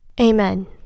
amen